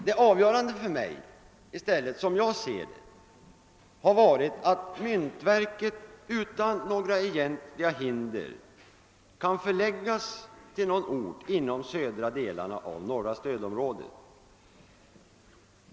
Det avgörande för mig, såsom jag ser saken, har i stället varit att myntverket utan några egentliga hinder kan förläggas till en ort inom södra delarna av norra stödområdet.